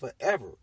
forever